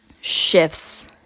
shifts